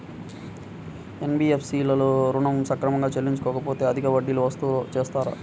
NBFC లలో ఋణం సక్రమంగా చెల్లించలేకపోతె అధిక వడ్డీలు వసూలు చేస్తారా?